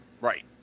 Right